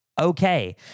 Okay